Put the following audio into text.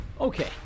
Okay